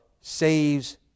saves